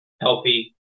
healthy